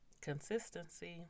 consistency